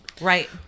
Right